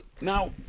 now